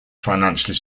financially